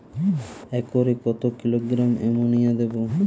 একরে কত kilogram ammonia দেবো?